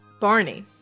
Barney